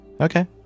Okay